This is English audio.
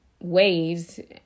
ways